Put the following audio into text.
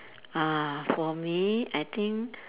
uh for me I think